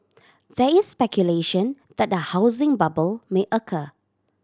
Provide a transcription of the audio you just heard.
there is speculation that a housing bubble may occur